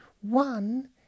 One